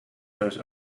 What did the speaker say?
those